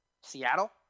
Seattle